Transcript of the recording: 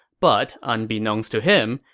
but unbeknownst to him,